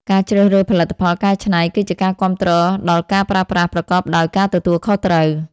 ការជ្រើសរើសផលិតផលកែច្នៃគឺជាការគាំទ្រដល់ការប្រើប្រាស់ប្រកបដោយការទទួលខុសត្រូវ។